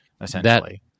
essentially